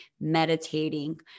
meditating